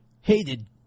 hated